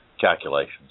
calculations